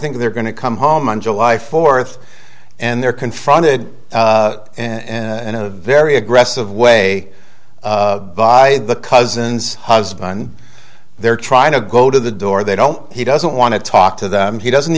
think they're going to come home on july fourth and they're confronted and in a very aggressive way by the cousin's husband they're trying to go to the door they don't he doesn't want to talk to them he doesn't